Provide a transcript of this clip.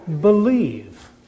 believe